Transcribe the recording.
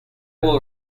will